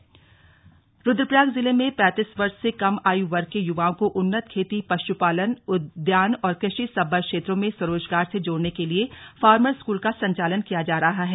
farmer school Rudraprayag जिले मे पैतीस वर्ष से कम आयु वर्ग के युवाओं को उन्नत खेती पशुपालन उद्यान और कृषि सम्बद्ध क्षेत्रों में स्वरोजगार से जोड़ने के लिए फार्मर स्कूल का संचालन किया जा रहा है